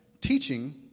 teaching